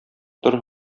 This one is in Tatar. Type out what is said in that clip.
тор